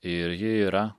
ir ji yra